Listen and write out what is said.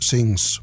Sings